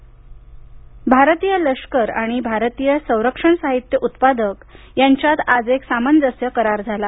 लष्कर करार भारतीय लष्कर आणि भारतीय संरक्षण साहित्य उत्पादक यांच्यात आज एक सामंजस्य करार झाला